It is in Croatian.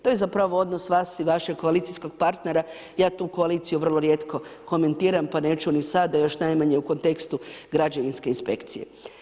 To je zapravo odnos vas i vašeg koalicijskog partnera, ja tu koaliciju vrlo rijetko komentiram, pa neću ni sad, a još najmanje u kontekstu građevinske inspekcije.